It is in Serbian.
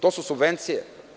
To su subvencije.